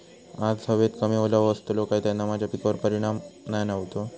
आज हवेत कमी ओलावो असतलो काय त्याना माझ्या पिकावर वाईट परिणाम नाय ना व्हतलो?